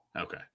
Okay